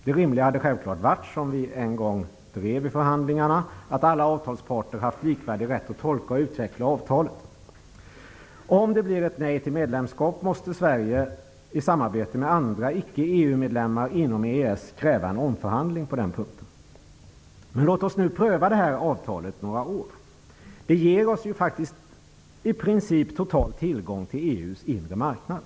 Det rimliga hade självfallet varit att alla avtalsparter hade haft likvärdig rätt att tolka och utveckla avtalet, något som vi en gång drev i förhandlingarna. Om det blir ett nej till medlemskap måste Sverige i samarbete med andra icke EU-medlemmar inom EES kräva en omförhandling på den punkten. Men låt oss nu pröva avtalet under några år. Det ger oss ju faktiskt i princip en total tillgång till EU:s inre marknad.